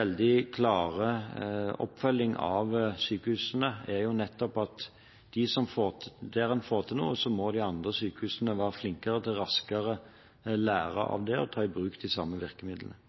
veldig klar oppfølging av sykehusene er nettopp at der en får til noe, må de andre sykehusene være flinkere til raskere å lære av det og ta i bruk de samme virkemidlene.